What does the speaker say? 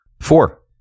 Four